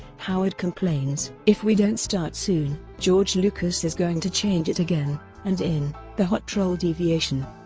howard complains, if we don't start soon, george lucas is going to change it again and in the hot troll deviation,